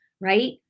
right